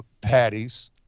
patties